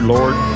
Lord